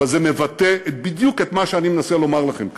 אבל זה מבטא בדיוק את מה שאני מנסה לומר לכם כאן.